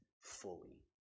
fully